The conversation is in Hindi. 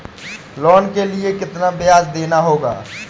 लोन के लिए कितना ब्याज देना होगा?